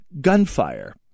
gunfire